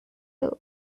those